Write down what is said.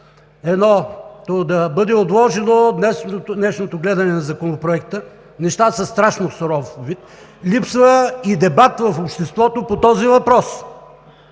Едното – да бъде отложено днешното гледане на Законопроекта. Нещата са в страшно суров вид. Липсва и дебат в обществото по този въпрос.